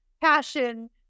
passion